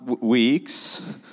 weeks